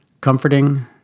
Comforting